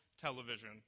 television